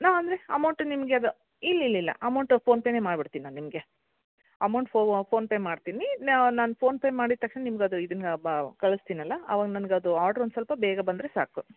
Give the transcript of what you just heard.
ನಾವೆಂದ್ರೆ amount ನಿಮಗೆ ಅದು ಇಲ್ಲಿರ್ಲಿಲ್ಲ ಅಮೌಂಟ್ ಫೋನ್ ಪೇನೆ ಮಾಡ್ಬಿಡ್ತೀನಿ ನಾನು ನಿಮಗೆ ಅಮೌಂಟ್ ಫೋನ್ ಪೇ ಮಾಡ್ತೀನಿ ನಾನು ಫೋನ್ ಪೇ ಮಾಡಿದ ತಕ್ಷಣ ನಿಮ್ಗೆ ಅದು ಇದನ್ನು ಬಾ ಕಳಿಸ್ತೀನಲ್ಲ ಅವಾಗ ನನಗೆ ಅದು ಆರ್ಡ್ರ್ ಒಂದು ಸ್ವಲ್ಪ ಬೇಗ ಬಂದರೆ ಸಾಕು